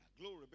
Glory